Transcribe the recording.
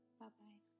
Bye-bye